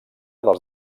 dels